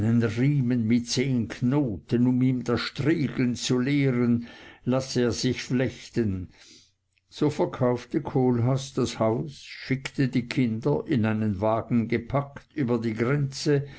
zehn knoten um ihm das striegeln zu lehren lasse er sich flechten so verkaufte kohlhaas das haus schickte die kinder in einen wagen gepackt über die grenze